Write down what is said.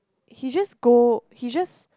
he just go he just